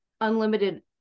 unlimited